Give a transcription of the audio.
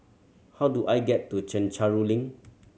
how do I get to Chencharu Link